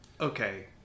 okay